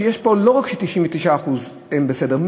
שיש פה לא רק 99% שהם בסדר,